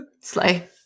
Slay